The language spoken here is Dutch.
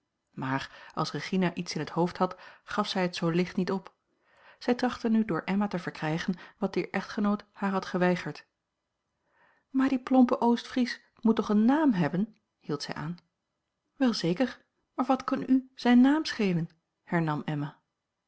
maar als regina iets in het hoofd had gaf zij het zoo licht niet op zij trachtte nu door emma te verkrijgen wat dier echtgenoot haar had geweigerd maar die plompe oostfries moet toch een naam hebben hield zij aan wel zeker maar wat kan u zijn naam schelen hernam emma